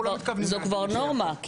זאת כבר נורמה.